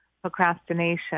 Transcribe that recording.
procrastination